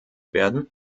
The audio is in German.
werden